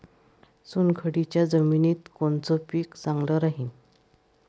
चुनखडीच्या जमिनीत कोनचं पीक चांगलं राहीन?